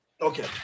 Okay